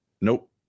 Nope